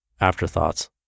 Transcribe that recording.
Afterthoughts